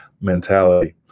mentality